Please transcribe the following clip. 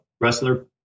wrestler